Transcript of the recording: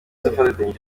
afatanyije